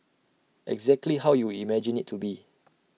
exactly how you would imagine IT to be